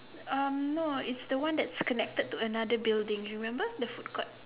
um no it's the one that's connected to another building you remember the food court